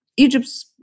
Egypt